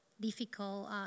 difficult